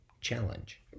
challenge